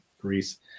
Greece